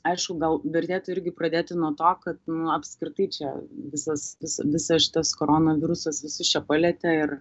aišku gal vertėtų irgi pradėti nuo to kad apskritai čia visas tas visas šitas koronavirusas visus čia palietė ir